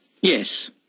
Yes